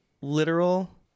literal